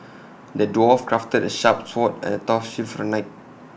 the dwarf crafted A sharp sword and A tough shield for the knight